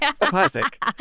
Classic